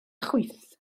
chwith